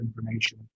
information